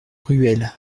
ruelle